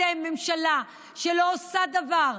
אתם ממשלה שלא עושה דבר,